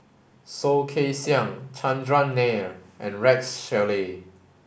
Soh Kay Siang Chandran Nair and Rex Shelley